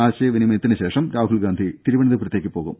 ആശയവിനിയമത്തിനുശേഷം Rahul Gandhi തിരുവനന്തപുരത്തേക്കുപോകും